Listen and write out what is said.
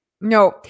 No